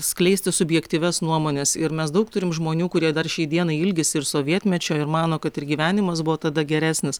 skleisti subjektyvias nuomones ir mes daug turim žmonių kurie dar šiai dienai ilgisi sovietmečio ir mano kad ir gyvenimas buvo tada geresnis